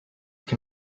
can